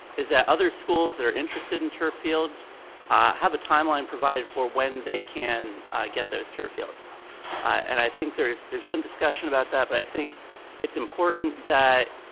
is that other schools that are interested in turf fields have a timeline provided for when they can get those turf fields. and i think there's there's been discussion about that, but i think it's important that,